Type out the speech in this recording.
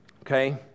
okay